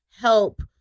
help